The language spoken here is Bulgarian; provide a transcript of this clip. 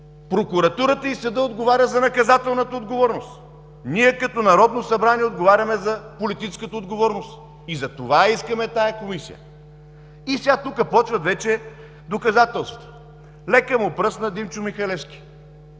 Прокуратурата и съдът отговарят за наказателната отговорност, а ние, като Народно събрание – за политическата отговорност. Затова я искаме тази Комисия. И тук започват вече доказателствата. Лека му пръст на Димчо Михалевски